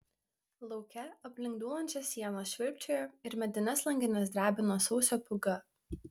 lauke aplink dūlančias sienas švilpčiojo ir medines langines drebino sausio pūga